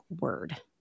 word